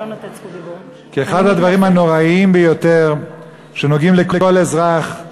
כי אחד הדברים הנוראיים ביותר שנוגעים לכל אזרח הוא